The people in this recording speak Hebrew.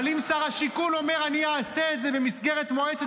-- אבל אם שר השיכון אומר: אני אעשה את זה במסגרת מועצת